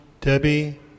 Debbie